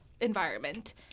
environment